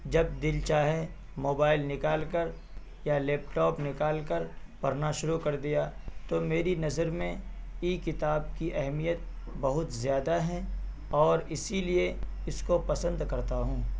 جب دل چاہے موبائل نکال کر یا لیپ ٹاپ نکال کر پڑھنا شروع کر دیا تو میری نظر میں ای کتاب کی اہمیت بہت زیادہ ہے اور اسی لیے اس کو پسند کرتا ہوں